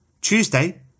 Tuesday